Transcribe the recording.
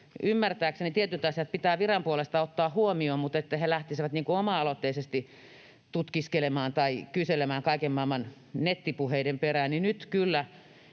ymmärtääkseni tietyt asiat pitää viran puolesta ottaa huomioon, mutta se, että he lähtisivät oma-aloitteisesti tutkiskelemaan tai kyselemään kaiken maailman nettipuheiden perään, nyt kyllä